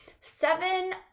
seven